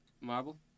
Marble